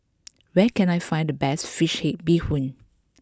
where can I find the best Fish Head Bee Hoon